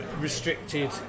restricted